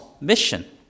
mission